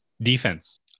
defense